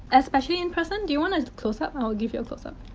especially in person. do you want a close-up? i'll give you a close-up.